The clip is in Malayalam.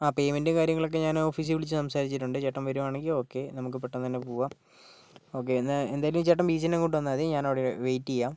ആ പെയ്മെൻറ് കാര്യങ്ങളൊക്കെ ഞാൻ ഓഫീസിൽ വിളിച്ച് സംസാരിച്ചിട്ടുണ്ട് ചേട്ടൻ വരികയാണെങ്കിൽ ഓക്കേ നമുക്ക് പെട്ടെന്ന് തന്നെ പോകാം ഓക്കെ എന്തായാലും ചേട്ടൻ ബീച്ചിൻ്റെ അങ്ങോട്ട് വന്നാൽ മതി ഞാൻ അവിടെ വെയിറ്റ് ചെയ്യാം